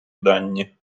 дані